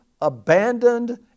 abandoned